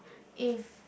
if